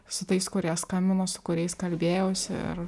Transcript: su tais kurie skambino su kuriais kalbėjausi ir